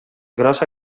grossa